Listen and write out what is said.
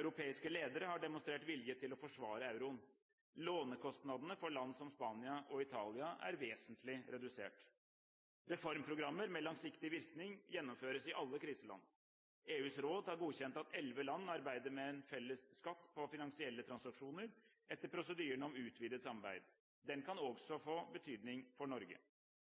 Europeiske ledere har demonstrert vilje til å forsvare euroen. Lånekostnadene for land som Spania og Italia er vesentlig redusert. Reformprogrammer med langsiktig virkning gjennomføres i alle kriseland. EUs råd har godkjent at elleve land arbeider med en felles skatt på finansielle transaksjoner etter prosedyren om utvidet samarbeid. Den kan få betydning også for Norge.